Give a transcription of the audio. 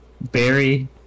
Barry